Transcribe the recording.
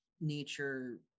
nature